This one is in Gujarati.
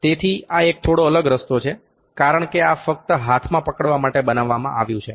તેથી આ એક થોડો અલગ રસ્તો છે કારણ કે આ ફક્ત હાથમાં પકડવા માટે બનાવવામાં આવ્યું છે